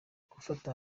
gufata